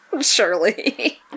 Surely